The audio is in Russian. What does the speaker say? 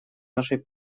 нашей